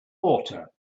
water